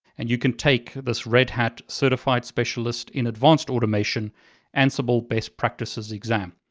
and you can take this red hat certified specialist in advanced automation ansible best practices exam.